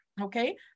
okay